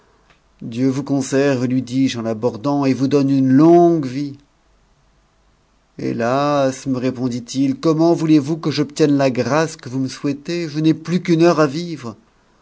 dieu vous conserve lui dis-je en l'abordant et vous donne une longue vie hétas me répondit-il comment voulez-vous que j'obtienne la grâce que vous me souhaitez je n'ai plus qu'une heure à vivre